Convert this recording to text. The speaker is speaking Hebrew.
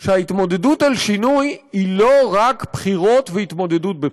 שהתמודדות על שינוי היא לא רק בחירות והתמודדות בבחירות.